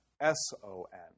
S-O-N